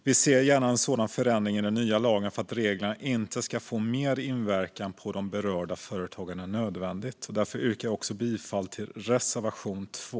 Vi ser gärna en sådan förändring i den nya lagen för att reglerna inte ska få mer inverkan på de berörda företagen än nödvändigt. Därför yrkar jag bifall till reservation 2.